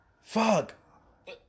Fuck